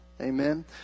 amen